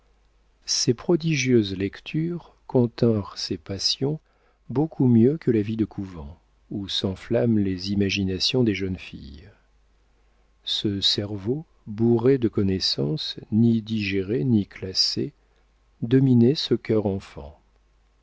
ces prodigieuses lectures continrent ses passions beaucoup mieux que la vie de couvent où s'enflamment les imaginations des jeunes filles ce cerveau bourré de connaissances ni digérées ni classées dominait ce cœur enfant